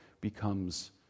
becomes